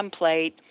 template